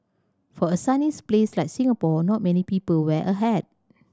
for a sunny place like Singapore not many people wear a hat